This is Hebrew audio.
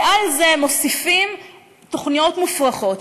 ועל זה מוסיפים תוכניות מופרכות,